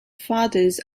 fathers